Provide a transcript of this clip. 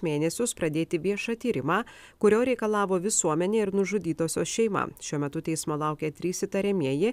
mėnesius pradėti viešą tyrimą kurio reikalavo visuomenė ir nužudytosios šeima šiuo metu teismo laukia trys įtariamieji